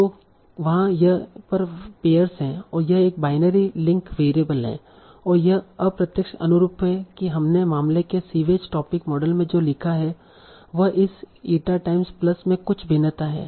तो वहां यह पर पेयर्स है यह एक बाइनरी लिंक वेरिएबल है और यह अप्रत्यक्ष अनुरूप है कि हमने मामले के सीवेज टोपिक मॉडल में जो लिखा है वह इस ईटा टाइम्स प्लस में कुछ भिन्नता है